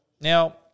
Now